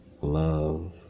Love